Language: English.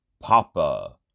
Papa